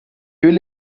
will